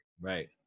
Right